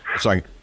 Sorry